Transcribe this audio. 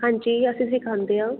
ਹਾਂਜੀ ਅਸੀਂ ਸਿਖਾਉਂਦੇ ਹਾਂ